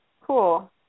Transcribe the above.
cool